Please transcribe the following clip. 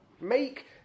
Make